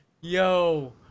Yo